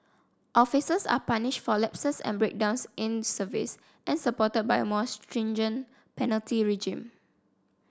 officers are punished for lapses and breakdowns in service and supported by a more stringent penalty regime